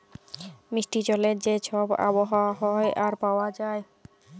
মিষ্টি জলের যে ছব আবহাওয়া হ্যয় আর পাউয়া যায়